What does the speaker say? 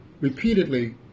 repeatedly